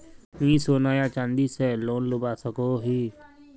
मुई सोना या चाँदी से लोन लुबा सकोहो ही?